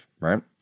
right